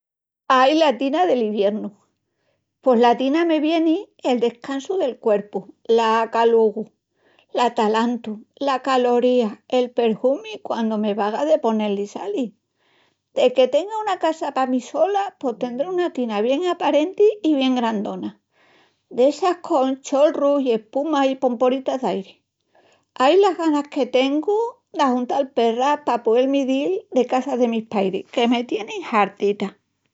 Ai la tina nel iviernu… Pos la tina me vieni… el descansu del cuerpu, l'acalugu, l'atalantu, la caloría, el perhumi quandu me vaga de poné-li salis. Deque tenga una casa pa mí sola pos tendré una tina bien aparenti i bien grandona, d'essas con cholrus i espumas i pomporitas d'airi... Ai, las ganas que tengu d'ajuntal perras pa poel dil-mi de casa de mis pairis, que me tienin hartita.